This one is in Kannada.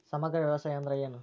ಸಮಗ್ರ ವ್ಯವಸಾಯ ಅಂದ್ರ ಏನು?